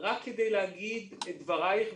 רק כדי להגיד את דבריך.